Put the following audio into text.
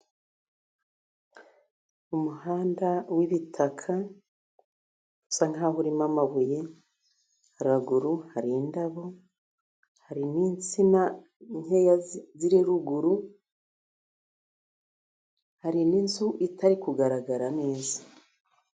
Umuhanda w'ibitaka usa nkaho urimo amabuye, haruguru hari indabo, hari n'insina nkeya ziri ruguru, hari n'inzu itari kugaragara neza.